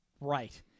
right